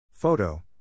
Photo